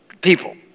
people